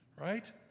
right